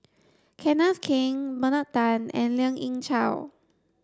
Kenneth Keng Bernard Tan and Lien Ying Chow